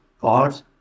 God